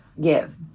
give